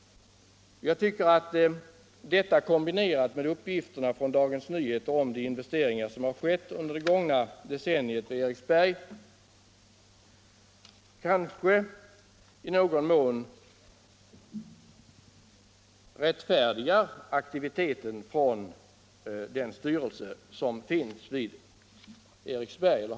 Jag tycker att detta, kombinerat med uppgifterna i Dagens Nyheter om de investeringar som gjorts vid Eriksberg under det gångna decenniet i någon mån rättfärdigar aktiviteten hos den styrelse som har funnits vid Eriksberg.